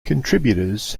contributors